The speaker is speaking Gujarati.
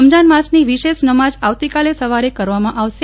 રમજાન માસની વિશેષ નમાજ આવતીકાલે સવારે કરવામાં આવશે